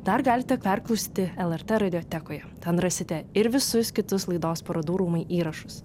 dar galite perklausyti ir lrt radiotekoje ten rasite ir visus kitus laidos parodų rūmai įrašus